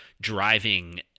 driving